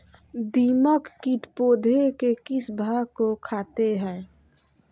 दीमक किट पौधे के किस भाग को खाते हैं?